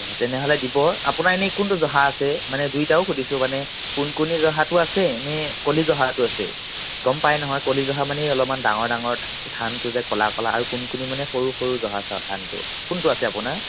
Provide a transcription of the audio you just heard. অঁ তেনেহ'লে দিব আপোনাৰ এনেই কোনটো জহা আছে মানে দুইটাও সুধিছোঁ মানে কুণকুণী জহাটো আছে নে কলী জহাটো আছে গম পাই নহয় কলী জহা মানে সেই অলপমাণ ডাঙৰ ডাঙৰ ধানটো যে ক'লা ক'লা আৰু কুণকুণী মানে সৰু সৰু জহা ধানটো কোনটো আছে আপোনাৰ